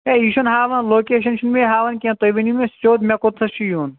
A یہِ چُھنہٕ ہاوان لوکیشن چھُنہ مےٚ ہاوان کیٚنٛہہ تُہۍ ؤنِو مےٚ سِیود مےٚ کوٚت تَھس چھُ یُن